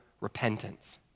repentance